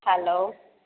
hello